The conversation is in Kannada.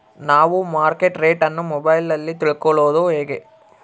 ನಾವು ಮಾರ್ಕೆಟ್ ರೇಟ್ ಅನ್ನು ಮೊಬೈಲಲ್ಲಿ ತಿಳ್ಕಳೋದು ಹೇಗೆ?